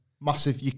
Massive